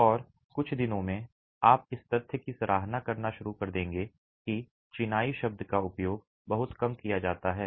और कुछ दिनों में आप इस तथ्य की सराहना करना शुरू कर देंगे कि चिनाई शब्द का उपयोग बहुत कम किया जाता है